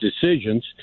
decisions